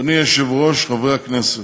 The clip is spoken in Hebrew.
אדוני היושב-ראש, חברי הכנסת,